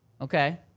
Okay